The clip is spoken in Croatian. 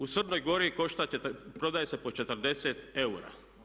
U Crnoj Gori košta, prodaje se po 40 eura.